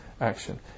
action